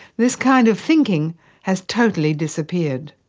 this kind of thinking has totally disappeared.